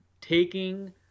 taking